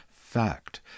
Fact